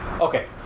Okay